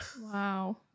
Wow